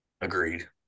Agreed